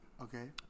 Okay